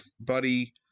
buddy